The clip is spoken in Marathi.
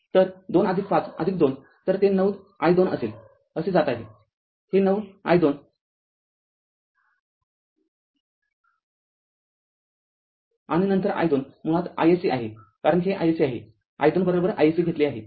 तर२५२ तरते ९ i२असेल असे जात आहे हे ९i२आणि नंतर i२ मुळात iSC आहे कारण हे iSC आहे i२ iSC घेतले आहे